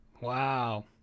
Wow